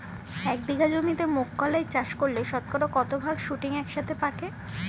এক বিঘা জমিতে মুঘ কলাই চাষ করলে শতকরা কত ভাগ শুটিং একসাথে পাকে?